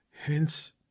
hence